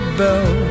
bell